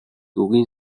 үгийн